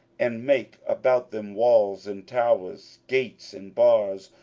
and make about them walls, and towers, gates, and bars,